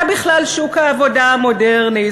זה בכלל שוק העבודה המודרני,